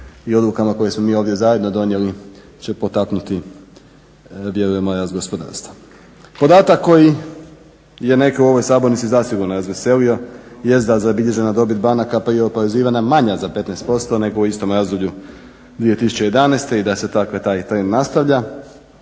i odlukama koje smo mi ovdje zajedno donijeli će potaknuti vjerujemo rast gospodarstva. Podatak koji je neke u ovoj sabornici zasigurno razveselio jest da je zabilježena dobit banaka prije oporezivanja manja za 15% nego u istom razdoblju 2011. i da se takav trend nastavlja.